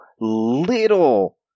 little